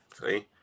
See